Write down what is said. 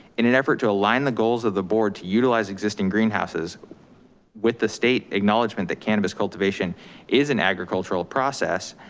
in an effort to align the goals of the board to utilize existing greenhouses with the state acknowledgement that cannabis cultivation is an agricultural process,